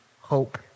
hope